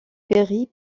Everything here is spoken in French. berry